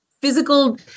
physical